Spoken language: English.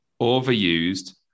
overused